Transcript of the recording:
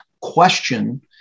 question